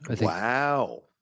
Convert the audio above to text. Wow